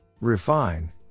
Refine